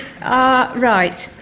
right